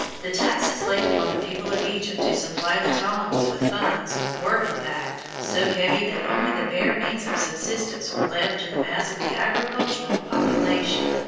the taxes laid upon the people of egypt to supply the ptolemies with funds were, in fact, so heavy, that only the bare means of subsistence were left to the mass of the agricultural population.